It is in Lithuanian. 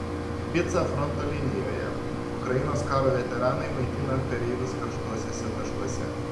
pica fronto linijoje ukrainos karo veteranai maitina kareivius karštuosiuose taškuose